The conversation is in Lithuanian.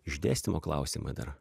išdėstymo klausimai dar